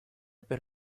per